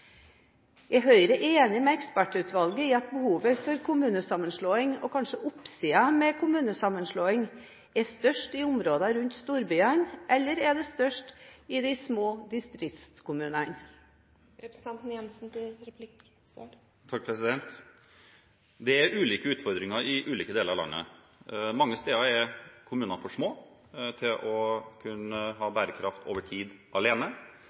Er Høyre enig med ekspertutvalget i at behovet for kommunesammenslåing, og kanskje oppsiden med kommunesammenslåing, er størst i områdene rundt storbyene, eller er de størst i de små distriktskommunene? Det er ulike utfordringer i ulike deler av landet. Mange steder er kommunene for små til over tid å kunne ha bærekraft alene.